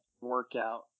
workout